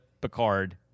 Picard